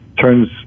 turns